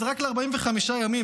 זה רק ל-45 ימים,